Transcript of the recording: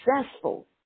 successful